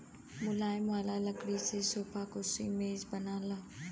मुलायम वाला लकड़ी से सोफा, कुर्सी, मेज बनला